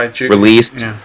released